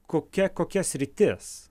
kokia kokia sritis